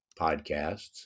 podcasts